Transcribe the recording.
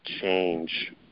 change